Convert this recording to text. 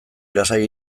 lasai